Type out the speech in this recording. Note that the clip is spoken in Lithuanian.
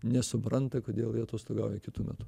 nesupranta kodėl jie atostogauja kitu metu